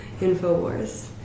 InfoWars